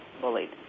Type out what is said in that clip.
bullied